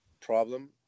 problem